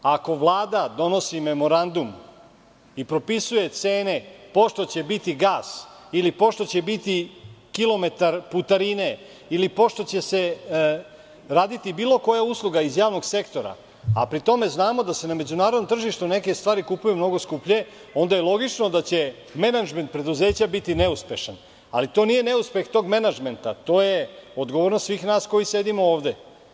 Ako Vlada donosi memorandum i propisuje cene, pošto će biti gas ili pošto će biti kilometar putarine ili pošto će se raditi bilo koja usluga iz javnog sektora, a pri tome znamo da se na međunarodnom tržištu neke stvari kupuju mnogo skuplje, onda je logično da će menadžment preduzeća biti neuspešan, ali to nije neuspeh tog menadžmenta, to je odgovornost svih nas koji sedimo ovde.